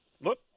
Look